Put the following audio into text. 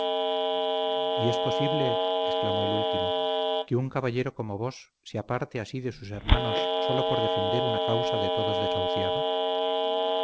y es posible exclamó el último que un caballero como vos se aparte así de sus hermanos sólo por defender una causa de todos desahuciada